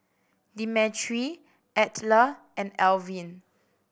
Demetri Edla and Elvin